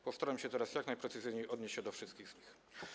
Postaram się teraz jak najprecyzyjniej odnieść się do wszystkich z nich.